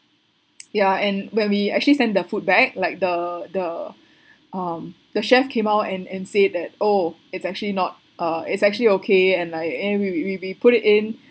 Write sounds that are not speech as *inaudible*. *noise* ya and when we actually send the food back like the the *breath* um the chef came out and and say that oh it's actually not uh it's actually okay and like and we we we we put it in